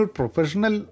professional